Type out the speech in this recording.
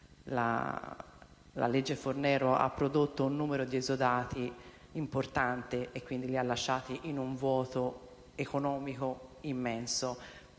La legge Fornero ha prodotto un numero di esodati importante e li ha lasciati in un vuoto economico immenso.